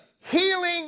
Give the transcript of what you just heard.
healing